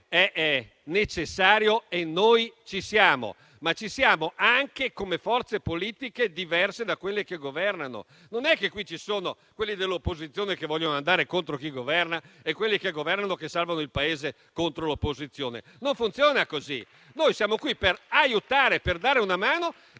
insieme e noi ci siamo, ma ci siamo anche come forze politiche diverse da quelle che governano. Non è che qui ci sono quelli dell'opposizione che vogliono andare contro chi governa e quelli che governano che salvano il Paese contro l'opposizione. Non funziona così. Noi siamo qui per aiutare, per dare una mano